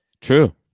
True